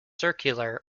circular